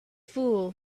fool